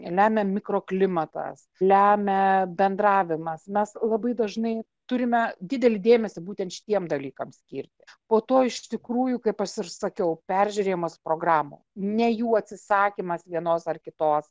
lemia mikroklimatas lemia bendravimas mes labai dažnai turime didelį dėmesį būtent šitiem dalykam skirti po to iš tikrųjų kaip aš ir sakiau peržiūrėjimas programų ne jų atsisakymas vienos ar kitos